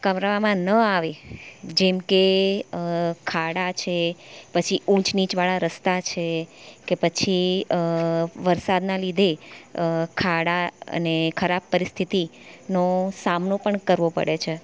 કવરાવામાં ન આવે જેમકે ખાડા છે પછી ઊંચ નીચ વાળા રસ્તા છે કે પછી વરસાદના લીધે ખાડા અને ખરાબ પરિસ્થિતિનો સામનો પણ કરવો પડે છે